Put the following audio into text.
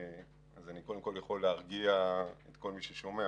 אז אני יכול להרגיע את כל מי ששומע